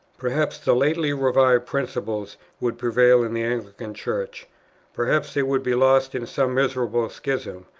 perhaps the lately-revived principles would prevail in the anglican church perhaps they would be lost in some miserable schism,